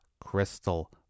Crystal